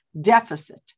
deficit